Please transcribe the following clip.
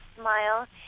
smile